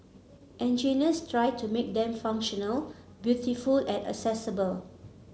engineers tried to make them functional beautiful and accessible